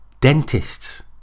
Dentists